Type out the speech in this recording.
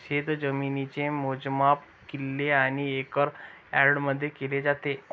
शेतजमिनीचे मोजमाप किल्ले आणि एकर यार्डमध्ये केले जाते